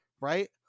right